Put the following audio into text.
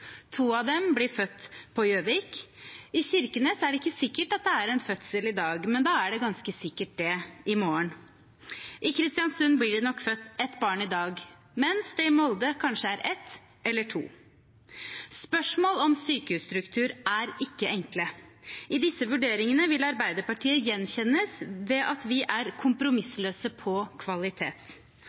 To av dem blir født på Gjøvik. I Kirkenes er det ikke sikkert at det er en fødsel i dag, men da er det ganske sikkert det i morgen. I Kristiansund blir det nok født ett barn i dag, mens det i Molde kanskje er ett eller to. Spørsmål om sykehusstruktur er ikke enkle. I disse vurderingene vil Arbeiderpartiet gjenkjennes ved at vi er kompromissløse når det gjelder kvalitet.